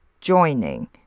joining